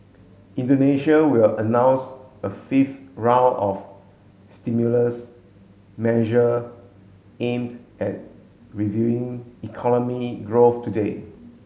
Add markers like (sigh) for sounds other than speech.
Indonesia will announce a fifth round of stimulus measure aimed at (unintelligible) economy growth today